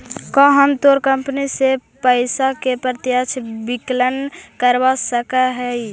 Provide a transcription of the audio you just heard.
का हम तोर कंपनी से पइसा के प्रत्यक्ष विकलन करवा सकऽ हिअ?